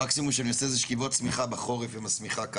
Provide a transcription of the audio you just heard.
המקסימום שאני עושה זה שכיבות שמיכה בחורף עם השמיכה.